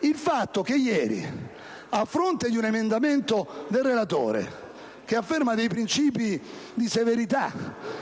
il fatto che ieri, a fronte di un emendamento aggiuntivo del relatore che afferma principi di severità